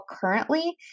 currently